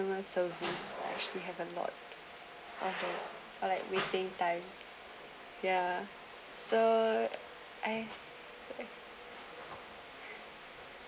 actually have a lot of like meeting time ya so I